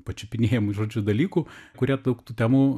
pačiupinėjamų žodžiu dalykų kurie daug tų temų